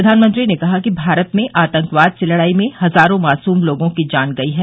प्रधानमंत्री ने कहा कि भारत में आतंकवाद से लडाई में हजारों मासूम लोगों की जान गई है